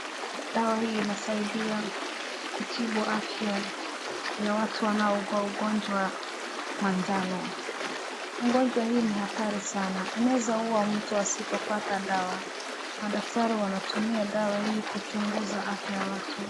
Dawa hii inasaidia kutibu afya ya watu wanaougua ugonjwa wa manjano. Ugonjwa huu ni hatari sana, unaeza ua mtu asipopata dawa. Madaktari wanatumia dawa hii kuchunguza afya ya watu.